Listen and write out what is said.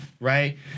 Right